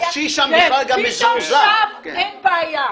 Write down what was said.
פתאום שם אין בעיה.